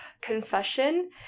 confession